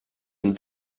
and